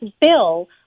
bill